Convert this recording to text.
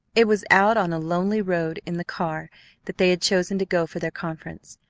it was out on a lonely road in the car that they had chosen to go for their conference,